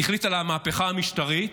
החליט על המהפכה המשטרית,